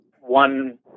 one